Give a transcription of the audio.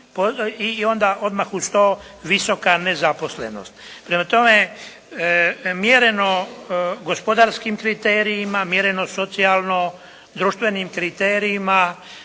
i onda odmah uz to visoka nezaposlenost. Prema tome, mjereno gospodarskim kriterijima, mjereno socijalno-društvenim kriterijima